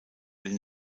den